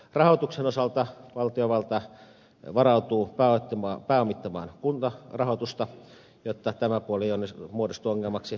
rahoituksen osalta valtiovalta varautuu pääomittamaan kuntarahoitusta jotta tämä puoli ei muodostu ongelmaksi